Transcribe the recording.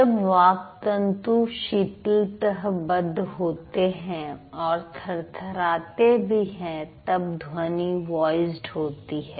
जब वाक् तंतु शिथिलतःबध होते हैं और थरथराते भी हैं तब ध्वनि वॉइसड होती है